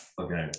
Okay